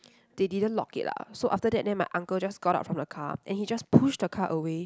they didn't lock it lah so after then that my uncle just got out from the car and he just push the car away